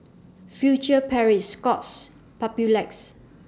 future Paris Scott's Papulex